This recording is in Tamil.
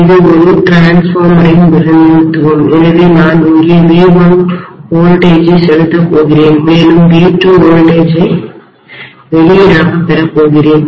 இது ஒரு மின்மாற்றியின்டிரான்ஸ்ஃபார்மரின் பிரதிநிதித்துவம் எனவே நான் இங்கே V1 இன் வோல்டேஜை மின்னழுத்தத்தைப் செலுத்தப் போகிறேன் மேலும் V2 இன் வோல்டேஜை மின்னழுத்தத்தை வெளியீடாகப் பெறப் போகிறேன்